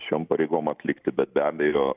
šiom pareigom atlikti bet be abejo